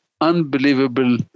unbelievable